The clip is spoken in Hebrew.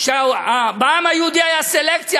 שבעם היהודי הייתה סלקציה,